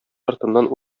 артыннан